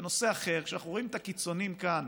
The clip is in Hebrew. בנושא אחר: כשאנחנו רואים את הקיצוניים כאן